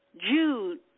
Jude